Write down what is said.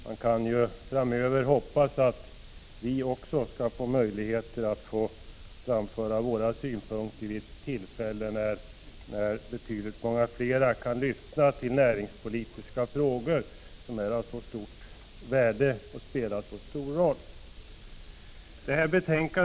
Man kan hoppas att även näringsutskottets företrädare framöver skall få möjlighet att framföra sina synpunkter vid ett tillfälle när betydligt fler kan lyssna till näringspolitiska frågor, som är av så stort värde och spelar så stor roll. Herr talman!